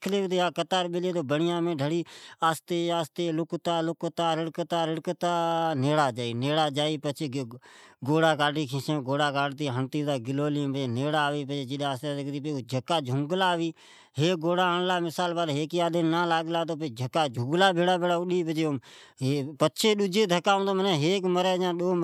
ڈکھلی ھے ھا کتار بیلی ھے تو بڑھامین ڈرے پچھے آہستے ،آہستے، روڑکتا، روڑکتا، لکتا لکتا نیڑا جائی ، پچھے ھیک گوڑا کاڈھی گلولی مین ھڑتی پتا پچھے ٹھکاکراوی جی نھا لاگلا تو بڑی ڈجا ھڑی جھگلی مین اوم ھیک ڈو